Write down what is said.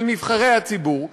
של נבחרי הציבור,